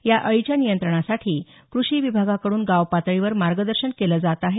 या अळीच्या नियंत्रणासाठी कृषी विभागाकडून गाव पातळीवर मार्गदर्शन केलं जात आहे